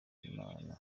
imana